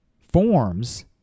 forms